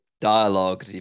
dialogue